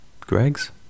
Greg's